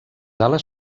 ales